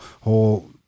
whole